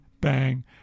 Bang